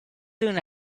soon